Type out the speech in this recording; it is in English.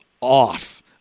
off